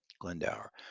Glendower